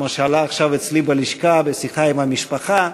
כמו שעלה עכשיו אצלי בלשכה בשיחה עם המשפחה,